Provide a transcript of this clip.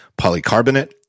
polycarbonate